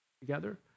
together